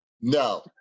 No